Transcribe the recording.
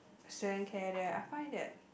student care there I find that